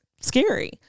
scary